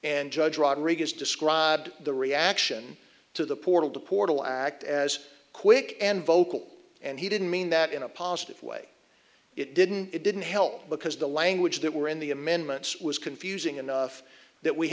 judge rodriguez described the reaction to the portal to portal act as quick and vocal and he didn't mean that in a positive way it didn't it didn't help because the language that were in the amendments was confusing enough that we